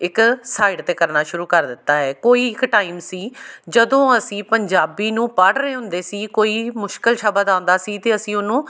ਇੱਕ ਸਾਈਡ 'ਤੇ ਕਰਨਾ ਸ਼ੁਰੂ ਕਰ ਦਿੱਤਾ ਹੈ ਕੋਈ ਇੱਕ ਟਾਈਮ ਸੀ ਜਦੋਂ ਅਸੀਂ ਪੰਜਾਬੀ ਨੂੰ ਪੜ੍ਹ ਰਹੇ ਹੁੰਦੇ ਸੀ ਕੋਈ ਮੁਸ਼ਕਲ ਸ਼ਬਦ ਆਉਂਦਾ ਸੀ ਤਾਂ ਅਸੀਂ ਉਹਨੂੰ